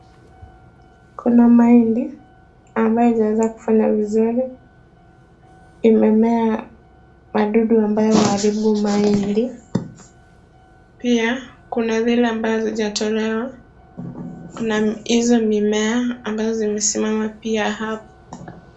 Kuna mahindi ambayo haijaweza kufanya vizuri. Imemea wadudu ambao huharibu mahindi. Pia kuna zile ambazo hazijatolewa. Kuna hizo mimea ambazo zimesimama pia hapo.